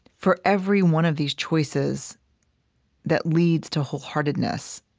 for every one of these choices that leads to wholeheartedness,